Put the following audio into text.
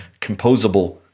composable